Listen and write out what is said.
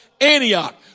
Antioch